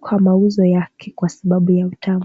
kwa mauzo yake kwa sababu ni tamu sana.